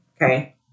okay